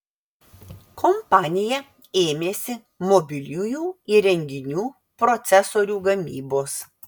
kompanija ėmėsi mobiliųjų įrenginių procesorių gamybos